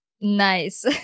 Nice